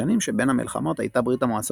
בשנים שבין המלחמות הייתה ברית המועצות